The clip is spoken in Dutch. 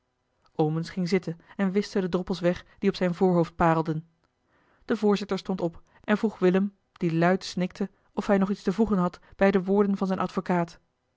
omens ging zitten en wischte de droppels weg die op zijn voorhoofd parelden de voorzitter stond op en vroeg willem die luid snikte of hij nog iets te voegen had bij de woorden van zijn advocaat